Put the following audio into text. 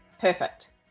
Perfect